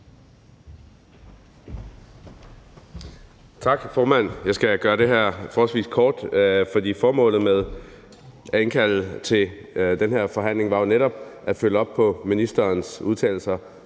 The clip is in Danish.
Tak, formand. Jeg skal gøre det her forholdsvis kort, fordi formålet med at indkalde til den her forhandling jo netop var at følge op på ministerens udtalelser